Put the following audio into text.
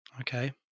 Okay